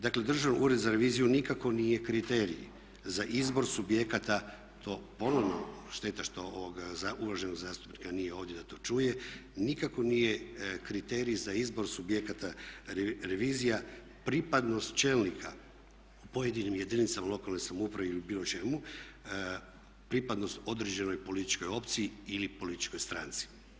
Dakle, Državni ured za reviziju nikako nije kriterij za izbor subjekata, to ponovno šteta što ovog uvaženog zastupnika nema ovdje da to čuje, nikako nije kriterij za izbor subjekata revizije, pripadnost čelnika pojedinim jedinicama lokalne samouprave ili bilo čemu, pripadnost određenoj političkoj opciji ili političkoj stranci.